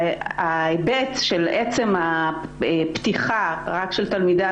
ההיבט של עצם הפתיחה רק של תלמודי